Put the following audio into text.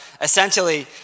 essentially